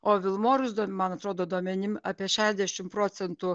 o vilmorus man atrodo duomenim apie šešdešim procentų